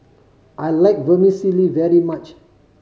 I like Vermicelli very much